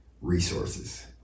resources